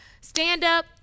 Stand-up